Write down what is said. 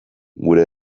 gure